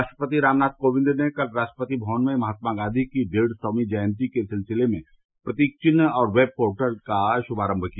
राष्ट्रपति रामनाथ कोविंद ने कल राष्ट्रपति भवन में महात्मा गांवी की डेढ़ सौंवीं जयंती के सिलसिले में प्रतीक चिन्ह और वेब पोर्टल का श्मारम किया